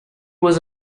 was